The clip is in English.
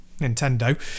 Nintendo